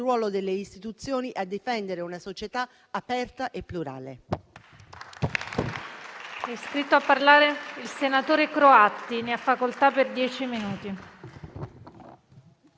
ruolo delle istituzioni e a difendere una società aperta e plurale.